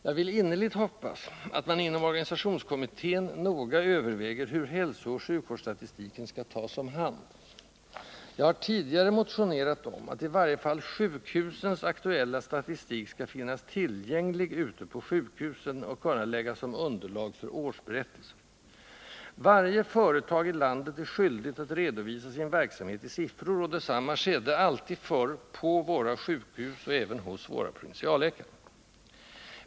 Jag vill innerligt hoppas att man inom organisationskommittén noga överväger hur hälsooch sjukvårdsstatistiken skall tas om hand. Jag har tidigare motionerat om att i varje fall sjukhusens aktuella statistik skall finnas tillgänglig ute på sjukhusen och kunna läggas som underlag för årsberättelser. Varje företag i landet är skyldigt att redovisa sin verksamhet i siffror, och detsamma skedde alltid förr på våra sjukhus och även hos våra provinsialläkare.